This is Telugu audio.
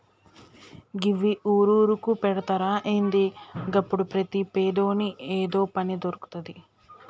గివ్వి ఊరూరుకు పెడ్తరా ఏంది? గప్పుడు ప్రతి పేదోని ఏదో పని దొర్కుతది